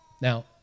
Now